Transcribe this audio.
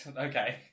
Okay